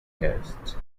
guests